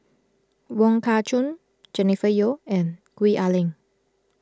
Wong Kah Chun Jennifer Yeo and Gwee Ah Leng